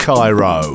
Cairo